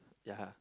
ya